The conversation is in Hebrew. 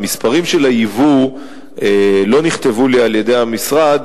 המספרים של היבוא לא נכתבו לי על-ידי המשרד